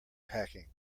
packing